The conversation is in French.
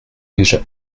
déjà